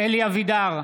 אלי אבידר,